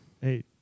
Hey